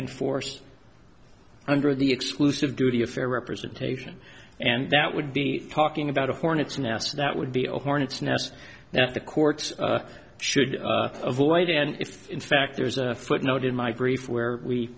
enforce under the exclusive duty of fair representation and that would be talking about a hornet's nest that would be a hornet's nest that the courts should avoid and if in fact there's a footnote in my grief where we